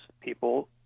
people